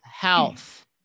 health